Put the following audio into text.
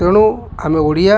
ତେଣୁ ଆମେ ଓଡ଼ିଆ